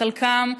חלקם,